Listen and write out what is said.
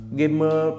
gamer